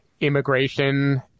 immigration